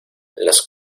las